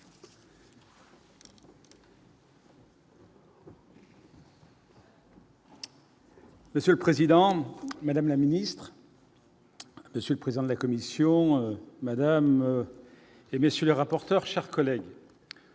Monsieur le Président, Madame la Ministre. Monsieur le président de la commission madame. Et messieurs les rapporteur chers collègues.